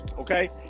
Okay